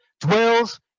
dwells